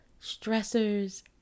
stressors